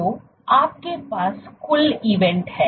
तो आपके पास कुल ईवेंट हैं